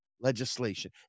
legislation